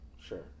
sure